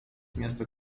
miasto